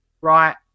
right